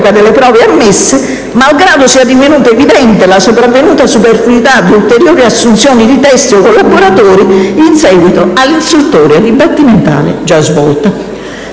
delle prove ammesse, malgrado sia divenuta evidente la sopravvenuta superfluità di ulteriori assunzioni di testi o collaboratori, in seguito all'istruttoria dibattimentale svolta.